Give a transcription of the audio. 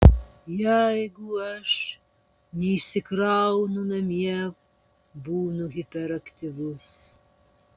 jeigu aš neišsikraunu namie būnu hiperaktyvus